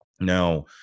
Now